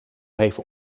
even